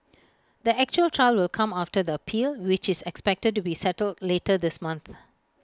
the actual trial will come after the appeal which is expected to be settled later this month